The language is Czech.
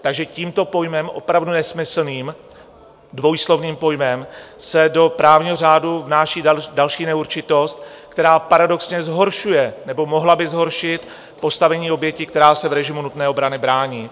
Takže tímto pojmem, opravdu nesmyslným, dvojslovným pojmem, se do právního řádu vnáší další neurčitost, která paradoxně zhoršuje nebo by mohla zhoršit postavení oběti, která se v režimu nutné obrany brání.